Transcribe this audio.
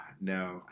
No